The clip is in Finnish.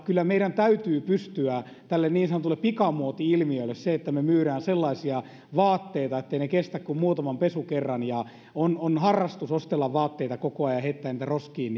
kyllä meidän täytyy pystyä tarttumaan tähän niin sanottuun pikamuoti ilmiöön eli siihen että me ostamme sellaisia vaatteita etteivät ne kestä kuin muutaman pesukerran ja että on harrastus ostella vaatteita koko ajan ja heittää niitä roskiin